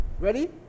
Ready